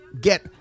Get